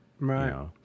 right